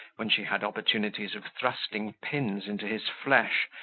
when she had opportunities of thrusting pins into his flesh,